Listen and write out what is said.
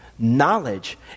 knowledge